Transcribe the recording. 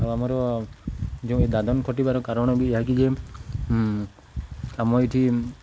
ଆଉ ଆମର ଯେଉଁ ଏ ଦାଦନ ଖଟିବାର କାରଣ ବି ଏହାକି ଯେ ଆମ ଏଇଠି